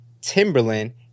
Timberland